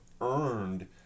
earned